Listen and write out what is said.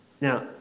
Now